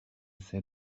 said